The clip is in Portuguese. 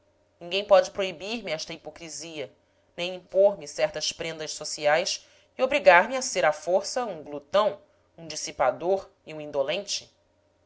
ninguém pode proibir me esta hipocrisia nem impor me certas prendas sociais e obrigar-me a ser à força um glutão um dissipador e um indolente